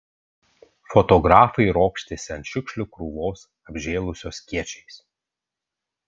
fotografai ropštėsi ant šiukšlių krūvos apžėlusios kiečiais